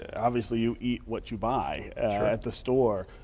obviously you eat what you buy at the store.